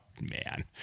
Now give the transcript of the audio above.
Man